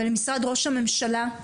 ולמשרד ראש הממשלה.